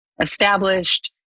established